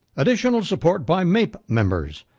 additional support by mape members,